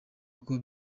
uko